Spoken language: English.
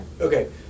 Okay